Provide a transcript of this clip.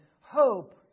hope